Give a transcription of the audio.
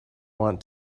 want